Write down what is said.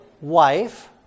wife